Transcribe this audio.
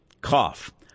cough